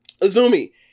Azumi